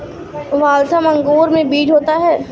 Waltham अंगूर में बीज होता है